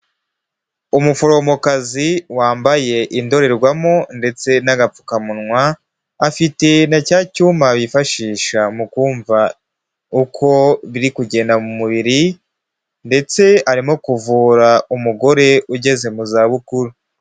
Umuforomokazi wambaye indorerwamo ndetse n'agapfukamunwa, afite na cya cyuma bifashisha mu kumva uko biri kugenda mu mubiri ndetse arimo kuvura umugore ugeze mu za bukuru.